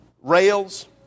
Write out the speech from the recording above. rails